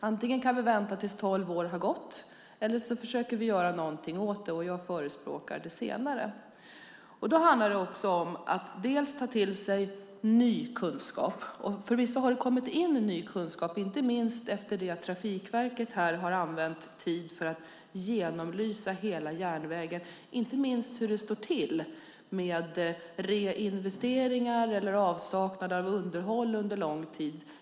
Antingen kan vi vänta tills tolv år har gått, eller så försöker vi göra någonting åt det. Jag förespråkar det senare. Då handlar det också om att ta till sig ny kunskap. Det har kommit in ny kunskap, inte minst efter det att Trafikverket har använt tid för att genomlysa hela järnvägen. Det handlar inte minst om hur det står till med reinvesteringar eller avsaknad av underhåll under lång tid.